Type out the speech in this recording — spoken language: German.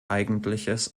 eigentliches